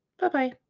Bye-bye